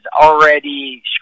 already